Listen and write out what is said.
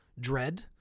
dread